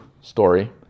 story